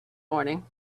morning